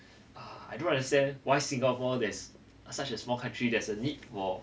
uh I don't understand why singapore there's such a small country there's a need for